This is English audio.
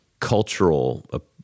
cultural